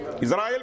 Israel